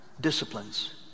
disciplines